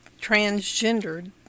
transgendered